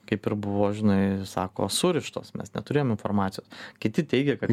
kaip ir buvo žinai sako surištos mes neturėjom informacijos kiti teigia kad